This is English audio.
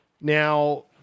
Now